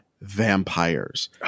vampires